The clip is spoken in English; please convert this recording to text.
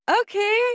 Okay